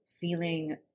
feeling